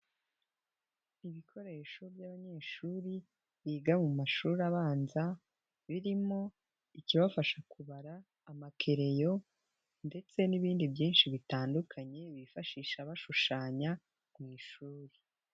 Ibikoresho by'abanyeshuri biga mu mashuri abanza birimo ikibafasha kubara, amakereyo ndetse n'ibindi byinshi bitandukanye bifashisha bashushanya mu ishuri.